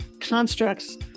constructs